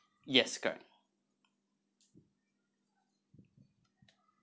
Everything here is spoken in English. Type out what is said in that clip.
yes correct